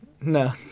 No